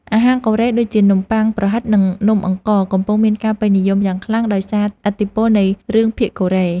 អាហារកូរ៉េដូចជានំប៉័ងប្រហិតនិងនំអង្ករកំពុងមានការពេញនិយមយ៉ាងខ្លាំងដោយសារឥទ្ធិពលនៃរឿងភាគកូរ៉េ។